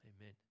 Amen